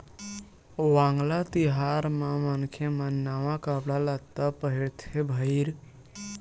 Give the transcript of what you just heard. वांगला तिहार म मनखे मन नवा कपड़ा लत्ता पहिरथे भईर